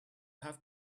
have